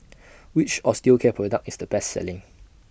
Which Osteocare Product IS The Best Selling